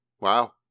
Wow